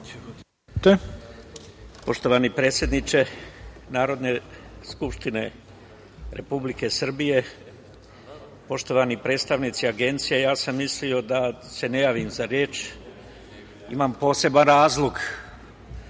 Poštovani predsedniče Narodne skupštine Republike Srbije, poštovani predstavnici Agencije, ja sam mislio da se ne javim za reč, imam poseban razlog.